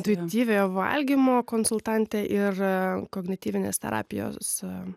intensyviojo valgymo konsultantė ir kognityvinės terapijos